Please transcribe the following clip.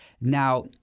Now